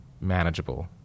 manageable